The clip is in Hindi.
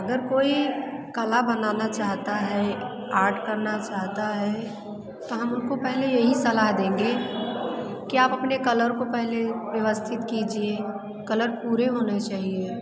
अगर कोई कला बनाना चाहता है आर्ट करना चाहता है तो हम उनको पहले यही सलाह देंगे कि आप अपने कलर को पहले वयवस्थित कीजिए कलर पूरे होने चाहिए